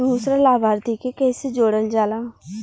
दूसरा लाभार्थी के कैसे जोड़ल जाला?